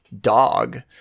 dog